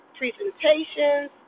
presentations